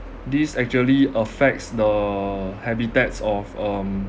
these actually affects the habitats of um